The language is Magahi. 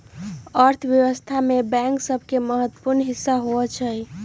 अर्थव्यवस्था में बैंक सभके महत्वपूर्ण हिस्सा होइ छइ